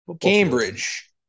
Cambridge